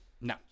No